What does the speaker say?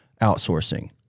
outsourcing